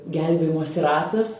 gelbėjimosi ratas